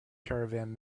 caravan